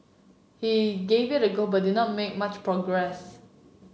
he gave it a go but did not make much progress